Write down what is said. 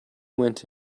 went